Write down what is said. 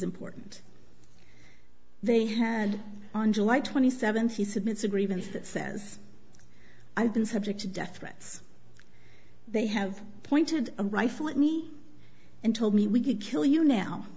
important they had on july twenty seventh he submitted a grievance that says i've been subject to death threats they have pointed a rifle at me and told me we could kill you now